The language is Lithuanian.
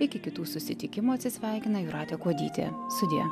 iki kitų susitikimų atsisveikina jūratė kuodytė sudie